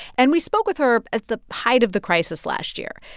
and we spoke with her at the height of the crisis last year.